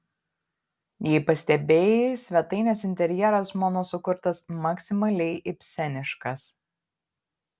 jei pastebėjai svetainės interjeras mano sukurtas maksimaliai ibseniškas